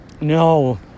No